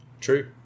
true